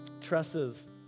tresses